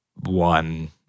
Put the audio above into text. one